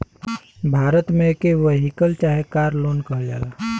भारत मे एके वेहिकल चाहे कार लोन कहल जाला